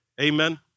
Amen